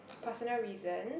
personal reasons